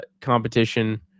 competition